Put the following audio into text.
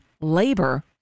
Labor